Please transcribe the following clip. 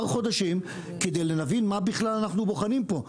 חודשים שכדי להבין מה בכלל אנחנו בוחנים פה?